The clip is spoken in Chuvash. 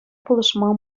пулӑшма